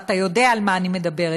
ואתה יודע על מה אני מדברת,